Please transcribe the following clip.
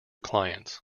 clients